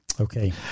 Okay